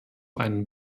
einen